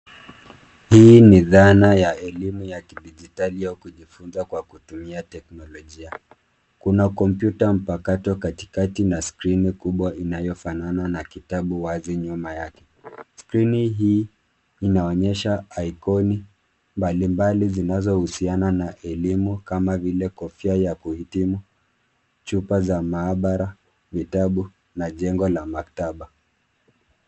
Hii ni dhana ya elimu ya kidijitali ya kujifunza kwa kutumia teknolojia. Kuna kompyuta mpakato katikati na skrini kubwa inayofanana na kitabu wazi nyuma yake. Skrini hii, inaonyesha iconi mbalimbali zinazohusiana na elimu kama vile kofia ya kuhitimu, chupa za mahabara, vitabu na jengo la maktaba.